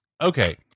Okay